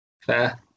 Fair